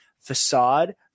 facade